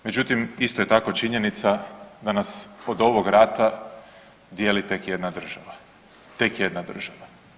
Međutim, isto je tako činjenica da nas od ovog rata dijeli tek jedna država, tek jedna država.